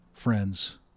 friends